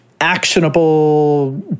Actionable